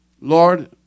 Lord